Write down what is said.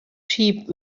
sheep